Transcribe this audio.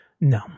No